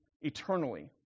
eternally